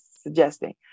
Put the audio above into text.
suggesting